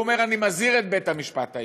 והוא אומר: אני מזהיר את בית-המשפט העליון,